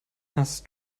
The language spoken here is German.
hast